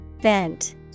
Vent